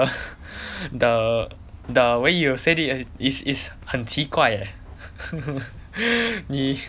the the the way you said it is is 很奇怪诶 你